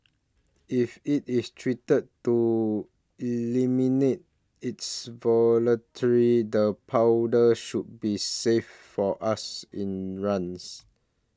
if it is treated to eliminate its the powder should be safe for us in runs